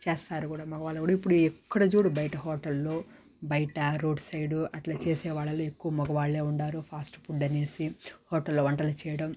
చేస్తారు గూడా మగవాళ్ళు గూడా ఇప్పుడు ఎక్కడ చూడు బయట హోటల్లో బయట రోడ్ సైడు అట్ల చేసేవాళ్లలో ఎక్కువ మగవాళ్లే ఉండారు ఫాస్ట్ ఫుడ్ అనేసి హోటల్లో వంటలు చేయడం